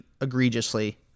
egregiously